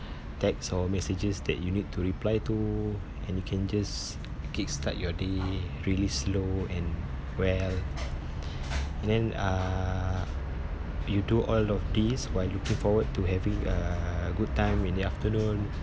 text or messages that you need to reply to and you can just kick start your day really slow and well and then uh you do all of these while looking forward to having a good time in the afternoon